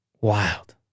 Wild